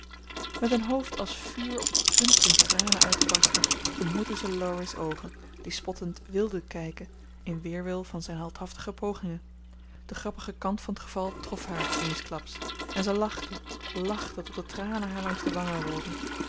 met een hoofd als vuur op het punt in tranen uit te barsten ontmoette ze laurie's oogen die spottend wilden kijken in weerwil van zijn heldhaftige pogingen de grappige kant van t geval trof haar eensklaps en zij lachte lachte tot de tranen haar langs de wangen rolden